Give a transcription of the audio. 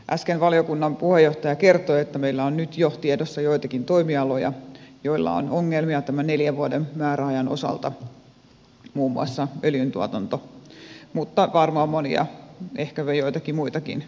äsken valiokunnan puheenjohtaja kertoi että meillä on nyt jo tiedossa joitakin toimialoja joilla on ongelmia tämän neljän vuoden määräajan osalta muun muassa öljyntuotanto mutta varmaan monia ehkäpä joitakin muitakin toimialoja